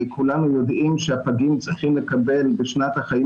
כולנו יודעים שהפגים צריכים לקבל בשנת החיים